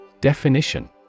Definition